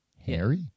Harry